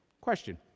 Question